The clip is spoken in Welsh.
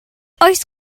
oes